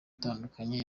itandukanye